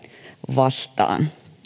vastaan